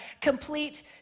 complete